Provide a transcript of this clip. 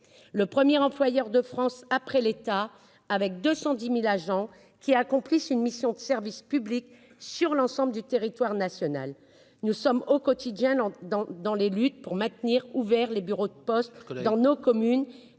le premier employeur de France après l'État, avec 210 000 agents qui accomplissent une mission de service public sur l'ensemble du territoire national. Nous participons au quotidien aux luttes menées pour maintenir ouverts les bureaux de poste dans nos communes,